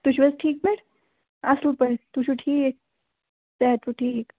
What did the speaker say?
تُہۍ چھُو حظ ٹھیٖک پٲٹھۍ اَصٕل پٲٹھۍ تُہۍ چھُو ٹھیٖک صحت چھُو ٹھیٖک